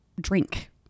drink